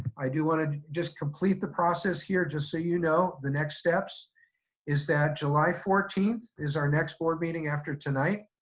i do want to just complete the process here, just so you know the next steps is that july fourteenth is our next board meeting after tonight,